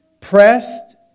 pressed